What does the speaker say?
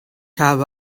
habe